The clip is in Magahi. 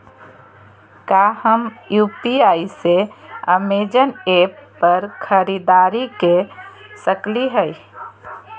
का हम यू.पी.आई से अमेजन ऐप पर खरीदारी के सकली हई?